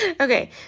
Okay